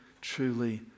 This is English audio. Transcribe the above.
truly